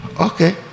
Okay